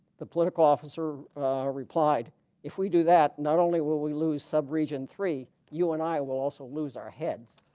the political officer replied if we do that not only will we lose sub region three you and i will also lose our heads.